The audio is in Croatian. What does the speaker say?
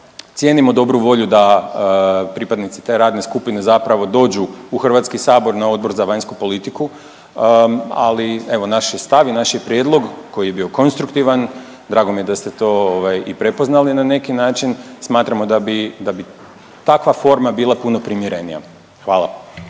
cijenimo dobru volju da pripadnici te radne skupine zapravo dođu u HS na Odbor za vanjsku politiku, ali evo, naš je stav i naš je prijedlog koji je bio konstruktivan, drago mi je da ste to ovaj i prepoznali na neki način, smatramo da bi takva forma bila puno primjerenija. Hvala.